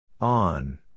On